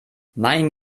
mein